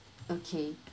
okay